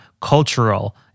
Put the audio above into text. Cultural